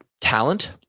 talent